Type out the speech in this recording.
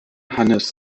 hannes